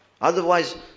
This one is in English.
Otherwise